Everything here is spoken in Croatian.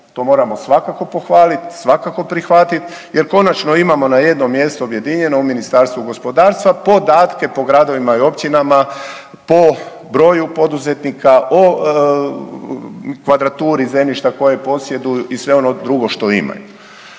To moramo svakako pohvalit, svakako prihvatit jer konačno imamo na jednom mjestu objedinjeno u Ministarstvu gospodarstva podatke po gradovima i općinama, po broju poduzetnika, o kvadraturi zemljišta koje posjeduju i sve ono drugo što imaju.